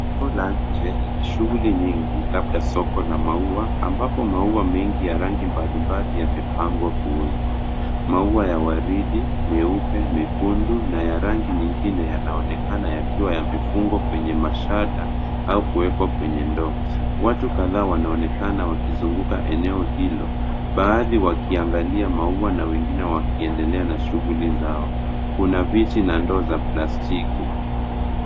Soko la nje lenye shughuli nyingi, labda soko la maua ambapo maua mengi ya rangi mbalimbali yamepangwa kuuzwa. Maua ya waridi, meupe, mekundu, na ya rangi nyingine yanaonekana yakiwa yamefungwa kwenye mashada au kuwekwa kwenye ndoo. Watu kadhaa wanaonekana wakizunguka eneo hilo, baadhi wakiangalia maua na wengine wakiendelea na shughuli zao. Kuna viti na ndoo za plastiki.